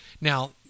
Now